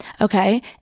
Okay